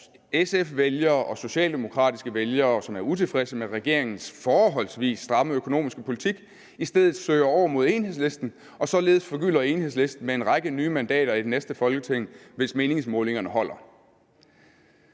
SF's vælgere og Socialdemokratiets vælgere, som er utilfredse med regeringens forholdsvis stramme økonomiske politik, i stedet søger over mod Enhedslisten og således forgylder Enhedslisten med en række nye mandater i det næste Folketing, hvis meningsmålingerne holder.